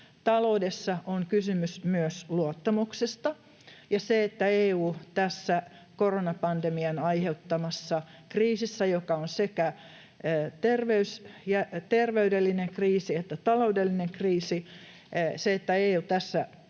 taloudessa on kysymys myös luottamuksesta, ja se, että EU tässä tilanteessa, tässä koronapandemian aiheuttamassa kriisissä, joka on sekä terveydellinen kriisi että taloudellinen kriisi, osoittaa